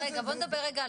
משרד האוצר.